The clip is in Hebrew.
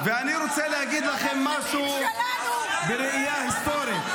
ואני רוצה להגיד לכם משהו בראייה היסטורית.